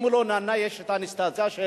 אם הוא לא נענה, יש האינסטנציה של